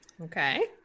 Okay